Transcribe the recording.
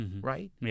right